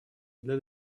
для